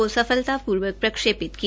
को सफलतापूवर्क प्रक्षेपित किया